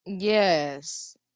Yes